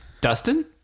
Dustin